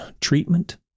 treatment